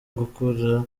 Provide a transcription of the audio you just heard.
gukurura